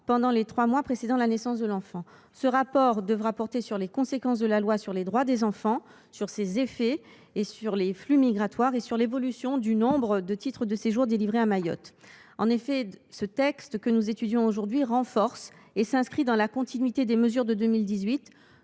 pendant les trois mois précédant la naissance de l’enfant. Ce document devra analyser les conséquences de la loi sur les droits des enfants, les flux migratoires et l’évolution du nombre de titres de séjour délivrés à Mayotte. Le texte que nous étudions aujourd’hui s’inscrit dans la continuité des mesures de 2018